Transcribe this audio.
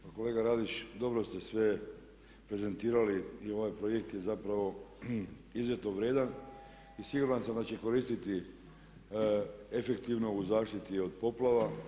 Pa kolega Radić, dobro ste sve prezentirali i ovaj projekt je zapravo izuzetno vrijedan i siguran sam da će koristiti efektivno u zaštiti od poplava.